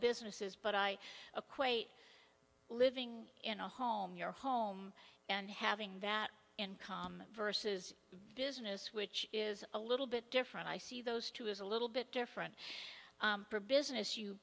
businesses but i acquaint living in a home you're home and having that income versus business which is a little bit different i see those two as a little bit different for business you